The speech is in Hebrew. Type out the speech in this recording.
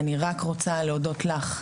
אני רק רוצה להודות לך,